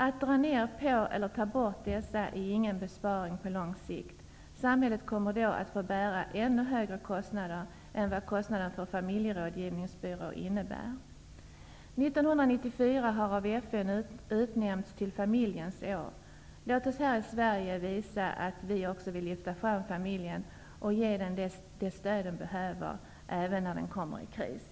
Att dra ned på eller ta bort dessa är ingen besparing på lång sikt. Samhället kommer då att få bära ännu högre kostnader än kostnaderna för familjerådgivningsbyråer. År 1994 har av FN utnämnts till familjens år. Låt oss här i Sverige visa att vi också vill lyfta fram familjen och ge den det stöd den behöver även när den kommer i kris.